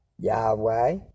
Yahweh